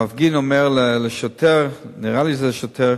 המפגין אומר לשוטר, נראה לי שזה שוטר: